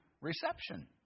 reception